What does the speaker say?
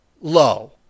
low